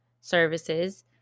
services